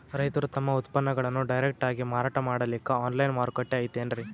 ರೈತರು ತಮ್ಮ ಉತ್ಪನ್ನಗಳನ್ನು ಡೈರೆಕ್ಟ್ ಆಗಿ ಮಾರಾಟ ಮಾಡಲಿಕ್ಕ ಆನ್ಲೈನ್ ಮಾರುಕಟ್ಟೆ ಐತೇನ್ರೀ?